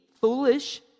foolish